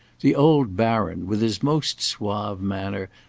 the old baron, with his most suave manner,